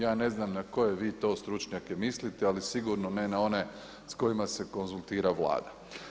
Ja ne znam na koje vi to stručnjake mislite ali sigurno ne na one s kojima se konzultira Vlada.